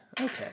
Okay